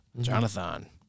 Jonathan